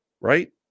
Right